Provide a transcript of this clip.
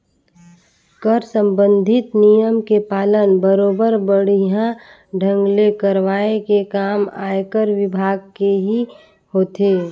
कर संबंधित नियम के पालन बरोबर बड़िहा ढंग ले करवाये के काम आयकर विभाग केही होथे